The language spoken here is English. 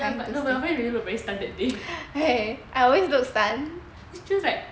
ya but no but your friend really look very stun that day it's just like